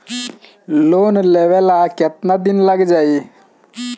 Loan लेबे ला कितना दिन लाग जाई?